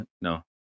no